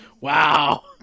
Wow